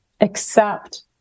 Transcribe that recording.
accept